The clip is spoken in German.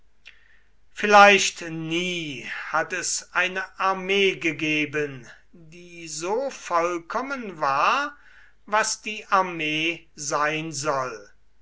vielleicht nie hat es eine armee gegeben die so vollkommen war was die armee sein soll